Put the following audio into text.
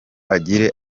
agire